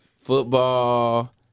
Football